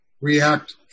react